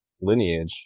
lineage